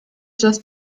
just